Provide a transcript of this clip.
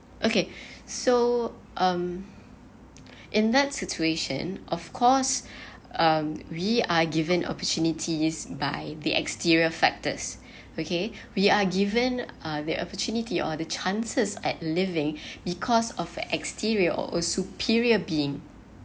okay so um in that situation of course um we are given opportunities by the exterior factors okay we are given uh the opportunity or the chances at living because of an exterior or superior being